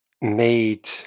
made